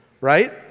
Right